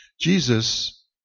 Jesus